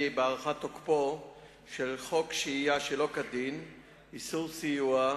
בהארכת תוקפו של חוק שהייה שלא כדין (איסור סיוע)